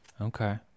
Okay